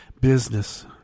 Business